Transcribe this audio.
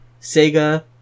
Sega